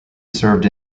served